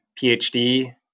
PhD